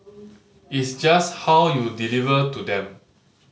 it's just how you deliver to them